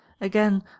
Again